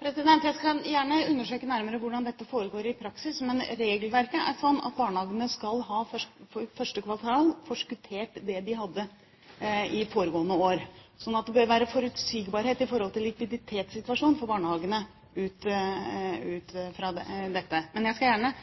Jeg skal gjerne undersøke nærmere hvordan dette foregår i praksis. Men regelverket er slik at barnehagene 1. kvartal skal ha forskuttert det de hadde i foregående år, slik at det ut fra dette bør være forutsigbarhet for barnehagene når det gjelder likviditetssituasjonen. Men jeg skal gjerne følge opp hvordan dette